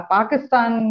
Pakistan